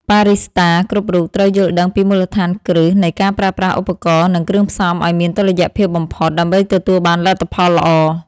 បារីស្តាគ្រប់រូបត្រូវយល់ដឹងពីមូលដ្ឋានគ្រឹះនៃការប្រើប្រាស់ឧបករណ៍ និងគ្រឿងផ្សំឱ្យមានតុល្យភាពបំផុត ដើម្បីទទួលបានលទ្ធផលល្អ។